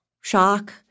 shock